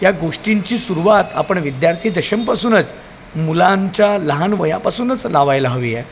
या गोष्टींची सुरुवात आपण विद्यार्थी दशेपासूनच मुलांच्या लहान वयापासूनच लावायला हवी आहे